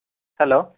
hello